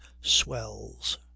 swells